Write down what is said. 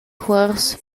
cuors